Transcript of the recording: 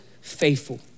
faithful